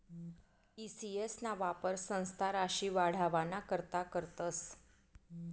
E CS ना वापर संस्था राशी वाढावाना करता करतस